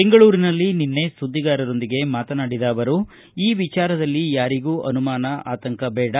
ಬೆಂಗಳೂರಿನಲ್ಲಿ ನಿನ್ನೆ ಸುದ್ವಿಗಾರರೊಂದಿಗೆ ಮಾತನಾಡಿದ ಅವರು ಈ ವಿಚಾರದಲ್ಲಿ ಯಾರಿಗೂ ಅನುಮಾನ ಆತಂಕ ಬೇಡ